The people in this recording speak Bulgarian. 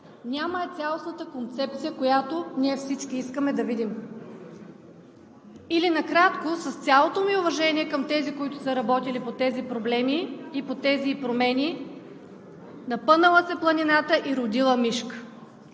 няма я цялостната концепция, която всички ние искаме да видим, или накратко, с цялото ми уважение към тези, които са работили по тези проблеми и промени: „Напънала се планината и родила мишка“.